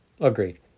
Agreed